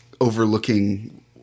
overlooking